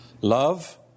Love